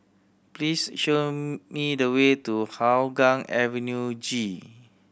please show me the way to Hougang Avenue G